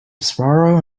sparrow